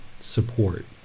support